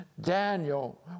Daniel